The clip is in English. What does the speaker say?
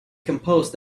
composed